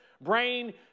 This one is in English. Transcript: brain